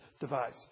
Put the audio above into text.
device